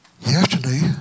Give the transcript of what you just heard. Yesterday